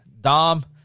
Dom